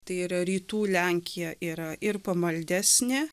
tai yra rytų lenkija yra ir pamaldesnė